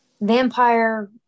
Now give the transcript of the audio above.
vampire